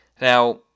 Now